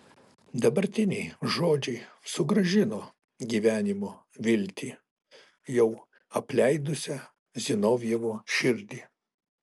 dabartiniai žodžiai sugrąžino gyvenimo viltį jau apleidusią zinovjevo širdį